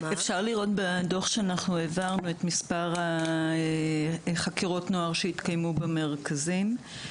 אפשר לראות בדוח שהעברנו את מספר חקירות הנוער שהתקיימו במרכזים.